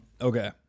Okay